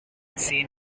seen